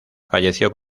falleció